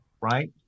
right